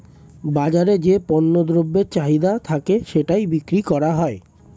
বাজারে যে পণ্য দ্রব্যের চাহিদা থাকে সেটাই বিক্রি করা হয়